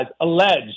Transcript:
alleged